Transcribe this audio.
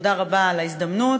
תודה רבה על ההזדמנות.